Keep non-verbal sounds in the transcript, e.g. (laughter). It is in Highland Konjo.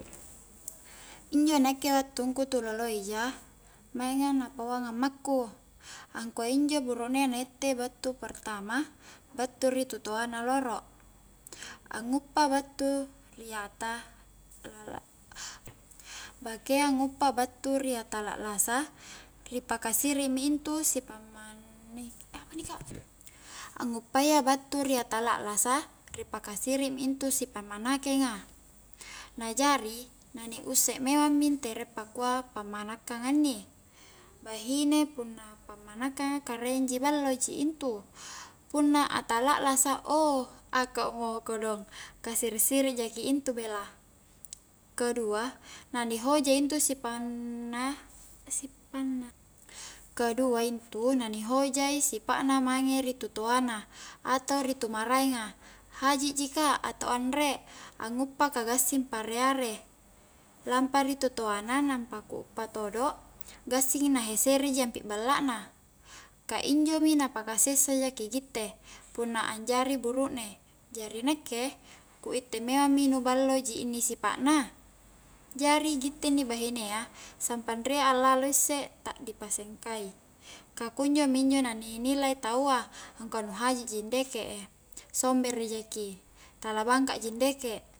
Injo nakke wattungu tulolo i ja, mainga na paongang ammaku angkua injo buruknea na itte battu pertama battu ri totoa na rolo anguppa battu ri ata (unintelligible) bakea nguppa battu ri ata lallasa ri paka siri'mi intu si pammana (unintelligible) nguppayya battu ri ata lallasa ri paka siri'mi intu si pammanakenga na jari na ni usse memang mi ntere pakua pammanakkang a inni bahine punna pammanakkang karaeng ji ballo ji intu, punna ata lallasa ouh ako'mo kodong (laughs) ka siri-siri jaki intu bela kedua na ni hoja intu sipanna (unintelligible) kedua intu nani hojai sipa'na mange ri tu toana atau ri tu maraeng a haji ji ka atau anre, annguppa ka gassing pare-are lampa ri totoanna nampa ku uppa todo gassing na heseri ji ampi balla na ka injo mi na paka sessa jaki gitte punna anjari burukne jari nakke ku itte memang mi nu ballo inni sipa'na, jari kitte inni bahinea sampang rie allalo sisse ta dipasengka i ka kunjo minjo na ni nilai tau a angkua nu haji ji ndeke'e sombere jaki tala bangka ji ndeke